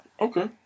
Okay